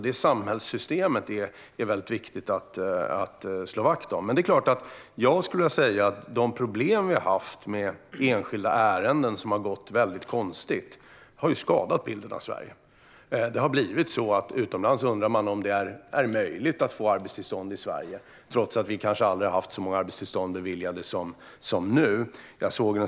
Det samhällssystemet är viktigt att slå vakt om. Jag skulle vilja säga att de problem vi har haft med enskilda ärenden som har behandlats väldigt konstigt har skadat bilden av Sverige. Det har blivit så att man utomlands undrar om det är möjligt att få arbetstillstånd i Sverige, trots att vi kanske aldrig har haft så många beviljade som nu.